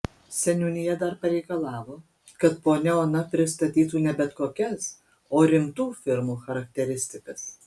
seniūnija dar pareikalavo kad ponia ona pristatytų ne bet kokias o rimtų firmų charakteristikas